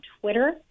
Twitter